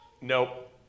Nope